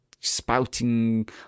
spouting